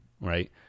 right